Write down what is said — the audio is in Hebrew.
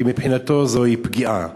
כי מבחינתו זוהי פגיעה.